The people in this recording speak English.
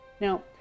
now